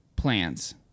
plans